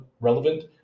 relevant